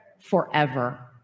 Forever